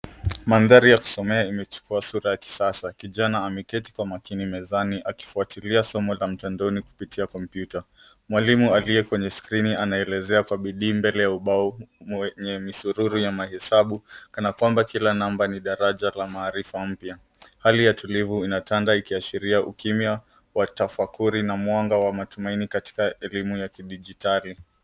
Mandhari ya kusomea imechukua sura ya kisasa. Kijana ameketi wa makini mezani akifuatilia somo la mtandaoni kupitia kompyuta. Mwalimu aliye kwenye skrini anaelezea kwa bidii mbele ya ubao wenye misururu ya mahesabu kana kwamba kila namba ni daraja la maarifa mpya. Hali ya tulivu inatanga ikiashiria ukimya wa tafakuri na mwanga wa matumaini katika elimu ya kidijitali.